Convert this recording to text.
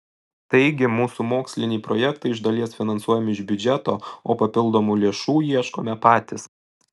taigi mūsų moksliniai projektai iš dalies finansuojami iš biudžeto o papildomų lėšų ieškome patys